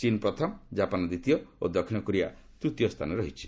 ଚୀନ୍ ପ୍ରଥମ କାପାନ୍ ଦ୍ୱିତୀୟ ଓ ଦକ୍ଷିଣ କୋରିଆ ତୃତୀୟ ସ୍ଥାନରେ ରହିଛି